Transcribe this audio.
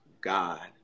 God